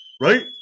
right